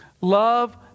Love